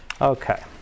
Okay